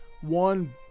One